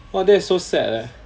!wah! that is so sad leh